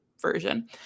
version